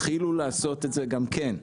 התחילו לעשות את זה גם כן.